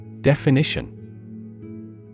Definition